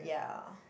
ya